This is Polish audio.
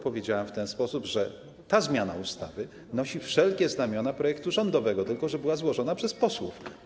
Powiedziałem tylko w ten sposób, że ta zmiana ustawy nosi wszelkie znamiona projektu rządowego, tylko że była złożona przez posłów.